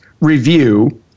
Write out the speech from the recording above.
review –